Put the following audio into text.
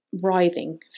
writhing